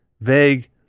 vague